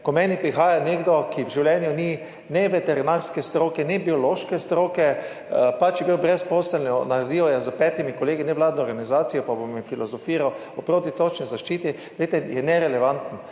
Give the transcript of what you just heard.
Ko k meni prihaja nekdo, ki v življenju ni ne veterinarske stroke ne biološke stroke, je pač bil brezposeln, naredil je s petimi kolegi nevladno organizacijo, pa mi bo filozofiral o protitočni zaščiti, glejte, je nerelevanten.